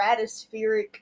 stratospheric